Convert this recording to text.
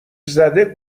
زده